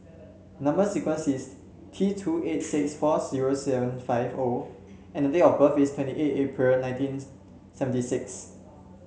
number sequence is T two eight six four zero seven five O and date of birth is twenty eight April nineteen seventy six